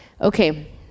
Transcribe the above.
Okay